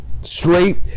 straight